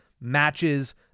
matches